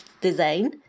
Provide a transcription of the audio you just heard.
design